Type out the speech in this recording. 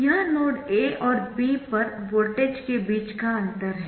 VAB यह node A और B पर वोल्टेज के बीच का अंतर है